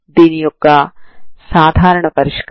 దీనినే మీరు పొందుతారు